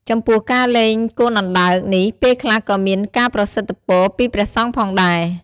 ចំពោះការលែងកូនអណ្តើកនេះពេលខ្លះក៏មានការប្រសិទ្ធពរពីព្រះសង្ឃផងដែរ ។